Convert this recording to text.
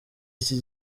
iki